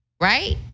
Right